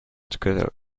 together